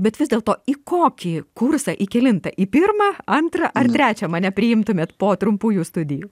bet vis dėlto į kokį kursą į kelintą į pirmą antrą ar trečią mane priimtumėt po trumpųjų studijų